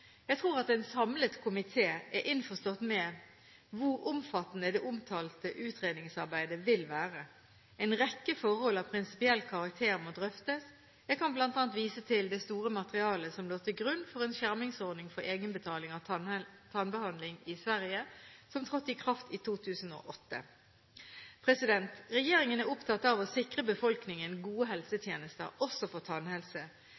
Jeg tror at en samlet komité er innforstått med hvor omfattende det omtalte utredningsarbeidet vil være. En rekke forhold av prinsipiell karakter må drøftes. Jeg kan bl.a. vise til det store materialet som lå til grunn for en skjermingsordning for egenbetaling av tannbehandling i Sverige, som trådte i kraft i 2008. Regjeringen er opptatt av å sikre befolkningen gode helsetjenester, også for tannhelse.